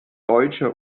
deutsche